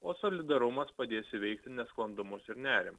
o solidarumas padės įveikti nesklandumus ir nerimą